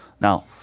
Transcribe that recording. Now